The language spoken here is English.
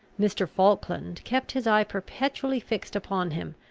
mr. falkland kept his eye perpetually fixed upon him,